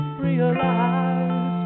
realize